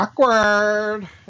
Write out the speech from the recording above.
awkward